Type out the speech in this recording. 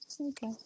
Okay